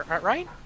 Right